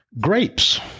Grapes